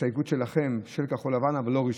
מהסתייגות שלכם, של כחול לבן, אבל לא רשמית.